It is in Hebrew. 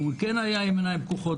אם כן היה עם עיניים פקוחות,